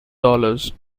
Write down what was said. dollars